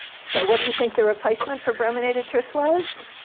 so what do you think the replacement for brominated tris was?